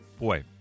Boy